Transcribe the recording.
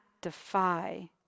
defy